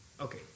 okay